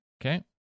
Okay